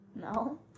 No